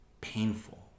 painful